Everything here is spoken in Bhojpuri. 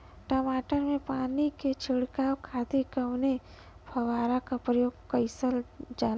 टमाटर में पानी के छिड़काव खातिर कवने फव्वारा का प्रयोग कईल जाला?